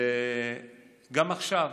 גם עכשיו,